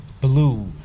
blue